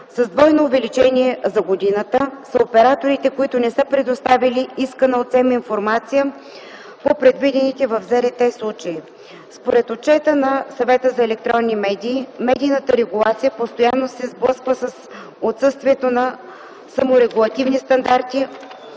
с двойно увеличение за годината, са операторите, които не са предоставили искана от СЕМ информация по предвидените в ЗРТ случаи. Според Отчета на СЕМ медийната регулация постоянно се сблъсква с отсъствието на саморегулативни стандарти,